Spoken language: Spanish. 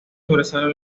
sobresalen